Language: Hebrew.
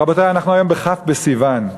רבותי, אנחנו היום בכ' בסיוון.